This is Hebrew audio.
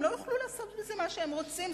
הם לא יוכלו לעשות בזה מה שהם רוצים,